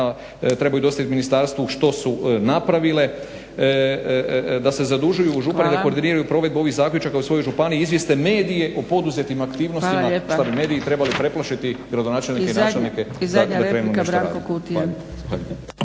trebaju dostaviti ministarstvu što su napravile, da se zadužuju u …/Govornik se ne razumije./… da koordiniraju provedbu ovih zaključaka u svojoj županiji, izvijeste medije o poduzetim aktivnostima što bi mediji trebali preplašiti gradonačelnike i načelnike da krenu nešto raditi.